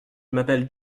m’appelle